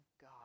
God